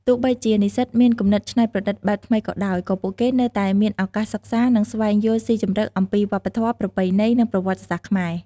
ទោះបីជានិស្សិតមានគំនិតច្នៃប្រឌិតបែបថ្មីក៏ដោយ ក៏ពួកគេនៅតែមានឱកាសសិក្សា និងស្វែងយល់ស៊ីជម្រៅអំពី វប្បធម៌ ប្រពៃណី និងប្រវត្តិសាស្ត្រខ្មែរ ។